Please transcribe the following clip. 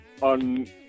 on